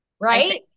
Right